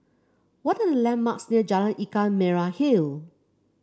what are the landmarks near Jalan Ikan Merah Hill